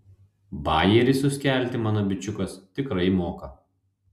bajerį suskelti mano bičiukas tikrai moka